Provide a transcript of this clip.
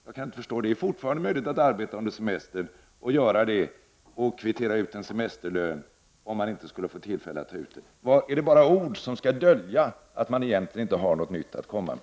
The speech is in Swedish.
Det är fortfarande möjligt att arbeta under semestern och kvittera ut en semesterlön om man inte skulle få tillfälle att ta ut semestern. Är det bara ord, som skall dölja att man egentligen inte har något nytt att komma med?